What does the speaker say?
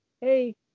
hey